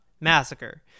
Massacre